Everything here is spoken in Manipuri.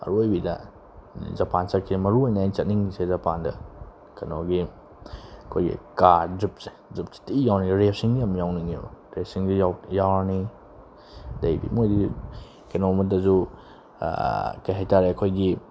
ꯑꯔꯣꯏꯕꯤꯗ ꯖꯄꯥꯟ ꯆꯠꯀꯦ ꯃꯔꯨ ꯑꯣꯏꯅ ꯑꯩꯅ ꯆꯠꯅꯤꯡꯉꯤꯁꯦ ꯖꯄꯥꯟꯗ ꯀꯩꯅꯣꯒꯤ ꯑꯩꯈꯣꯏꯒꯤ ꯀꯥꯔ ꯗ꯭ꯔꯤꯐꯁꯦ ꯗ꯭ꯔꯤꯐꯁꯦ ꯊꯤ ꯌꯥꯎꯅꯤꯡꯉꯦ ꯔꯦꯁꯤꯡ ꯌꯥꯝ ꯌꯥꯎꯅꯤꯡꯉꯦꯕ ꯔꯦꯁꯤꯡꯁꯦ ꯌꯥꯎꯔꯅꯤ ꯑꯗꯒꯤꯗꯤ ꯃꯣꯏꯁꯤꯗꯤ ꯀꯩꯅꯣ ꯑꯃꯗꯁꯨ ꯀꯩ ꯍꯥꯏꯇꯥꯔꯦ ꯑꯩꯈꯣꯏꯒꯤ